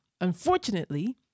unfortunately